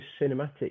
cinematic